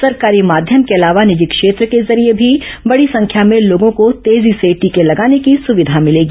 सरकारी माध्यम के अलावा निजी क्षेत्र के जरिए भी बडी संख्या में लोगों को तेजी से टीके लगाने की सुविधा मिलेगी